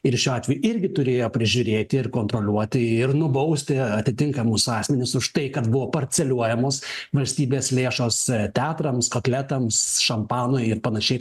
ir šiuo atveju irgi turėjo prižiūrėti ir kontroliuoti ir nubausti atitinkamus asmenis už tai kad buvo parceliuojamos valstybės lėšos teatrams kotletams šampanui ir panašiai